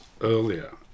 earlier